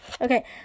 okay